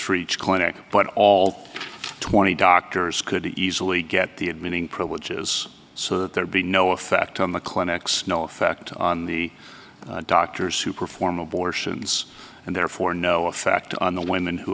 for each corner but all twenty doctors could easily get the admitting privileges so that there'd be no effect on the clinics no effect on the doctors who perform abortions and therefore no effect on the women who